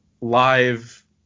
live